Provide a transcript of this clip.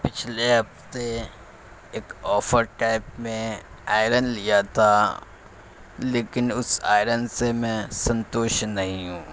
پچھلے ہفتے ایک آفر ٹیک میں آئرن لیا تھا لیکن اس آئرن سے میں سنتوش نہیں ہوں